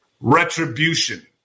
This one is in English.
Retribution